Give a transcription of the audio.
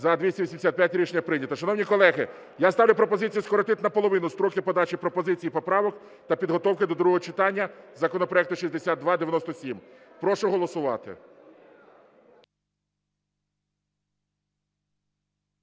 За-285 Рішення прийнято. Шановні колеги, я ставлю пропозицію скоротити наполовину строки подачі пропозицій і поправок та підготовки до другого читання законопроекту 6297. Прошу голосувати.